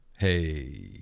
hey